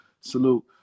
Salute